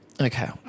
Okay